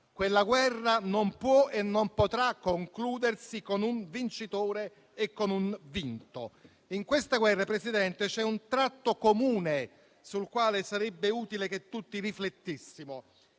Quella guerra non può e non potrà concludersi con un vincitore e con un vinto. In queste guerre, signor Presidente, c'è un tratto comune sul quale sarebbe utile che tutti riflettessimo: